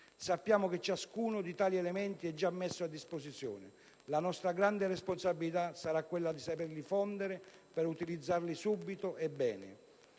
Sappiamo che ciascuno di tali elementi è già messo a disposizione: la nostra grande responsabilità sarà quella di saperli fondere per utilizzarli subito e bene.